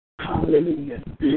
Hallelujah